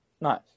Nice